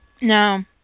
No